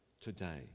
today